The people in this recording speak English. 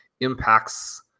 impacts